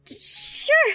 Sure